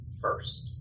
first